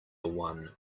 one